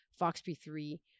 FOXP3